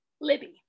Libby